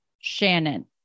Shannon